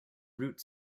route